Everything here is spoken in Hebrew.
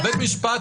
בית משפט,